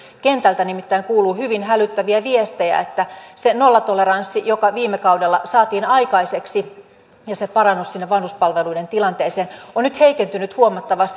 kentältä nimittäin kuuluu hyvin hälyttäviä viestejä että se nollatoleranssi joka viime kaudella saatiin aikaiseksi ja se parannus vanhuspalveluiden tilanteeseen on nyt heikentynyt huomattavasti